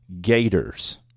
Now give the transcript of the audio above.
Gators